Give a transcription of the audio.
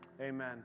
amen